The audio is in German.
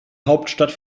hauptstadt